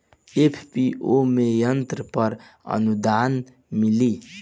FPO में यंत्र पर आनुदान मिँली?